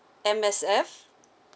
M_S_F